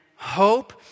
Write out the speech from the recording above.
Hope